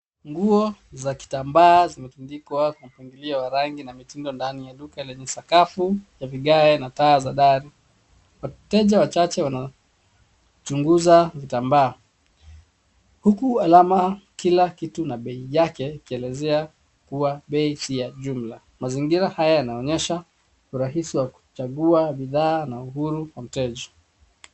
Nguo za kitamba zimetundikwa kwa mpangilio wa rangi na mitindo ndani ya duka lenye sakafu ya vigae na taa za dari. Wateja wachache wanachunguza vitamba huku alama, kila kitu na bei yake ikielezea kuwa bei si ya jumla. Mazingira haya yanaonyesha urahisi wa kuchagua bidhaa na uhuru wa mteja.